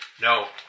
No